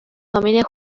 familia